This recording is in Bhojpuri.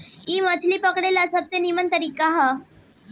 इ मछली पकड़े ला सबसे निमन तरीका बा